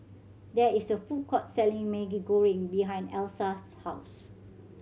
there is a food court selling Maggi Goreng behind Elsa's house